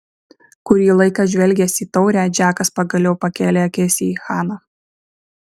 kurį laiką žvelgęs į taurę džekas pagaliau pakėlė akis į haną